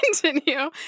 continue